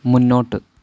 മുന്നോട്ട്